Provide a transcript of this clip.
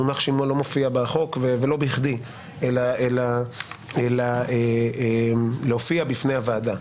המונח שימוע לא מופיע בחוק ולא בכדי אלא להופיע בפני הוועדה.